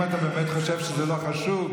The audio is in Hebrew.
אם אתה באמת חושב שזה לא חשוב,